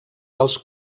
dels